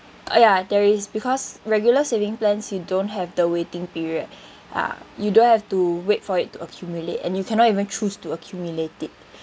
ah ya there is because regular saving plans you don't have the waiting period ah you don't have to wait for it to accumulate and you cannot even choose to accumulate it